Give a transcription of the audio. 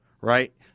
right